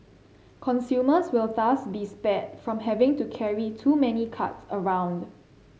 consumers will thus be spared from having to carry too many cards around